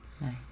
Nice